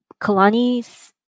Kalani's